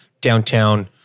downtown